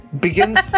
begins